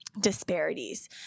Disparities